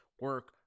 Work